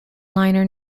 liner